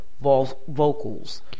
vocals